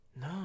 no